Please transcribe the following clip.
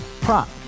prop